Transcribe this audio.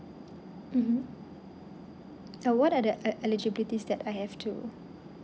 mmhmm uh what are the e~ eligibilities that I have to